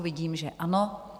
Vidím, že ano.